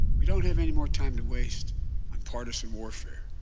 we don't have any more time to waste on partisan warfare.